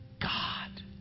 God